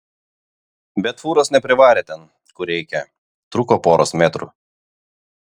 bet fūros neprivarė ten kur reikia trūko poros metrų